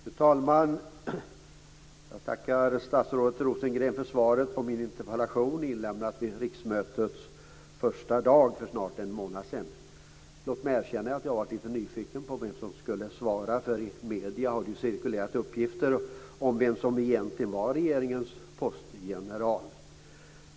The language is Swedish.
Fru talman! Jag tackar statsrådet Rosengren för svaret på min interpellation, inlämnad på riksmötets första dag för snart en månad sedan. Låt mig erkänna att jag har varit lite nyfiken på vem som skulle svara. I medierna har det ju cirkulerat uppgifter om vem som egentligen är regeringens postgeneral.